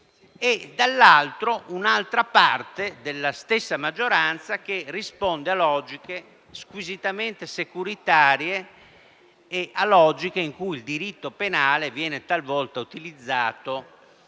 Poi c'è un'altra parte della stessa maggioranza, che risponde a logiche squisitamente securitarie e in cui il diritto penale viene talvolta utilizzato